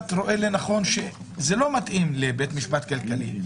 רואה לנכון שזה לא מתאים לבית משפט כלכלי,